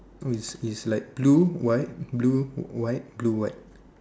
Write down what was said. oh it's it's like blue white blue white blue white